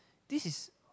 this is